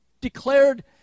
declared